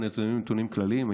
הנתונים הם נתונים כלליים.